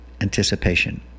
anticipation